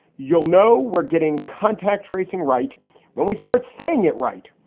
you'll know we're getting contact tracing right when we start saying it right.